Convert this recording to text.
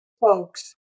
folks